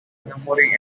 memory